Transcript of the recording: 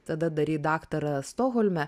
tada darei daktarą stokholme